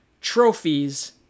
trophies